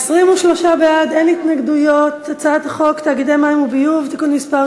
7). חוק תאגידי מים וביוב (תיקון מס'